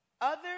others